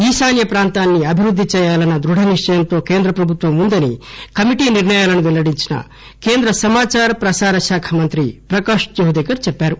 ఈశాన్య ప్రాంత అభివృద్ది చేయాలన్న దృఢ నిశ్చయంతో కేంద్ర ప్రభుత్వం వుందని కమిటీ నిర్ణయాలను పెల్లడించిన కేంద్ర సమాచార ప్రసార శాఖ మంత్రి ప్రకాశ్ జవదేకర్ చెప్పారు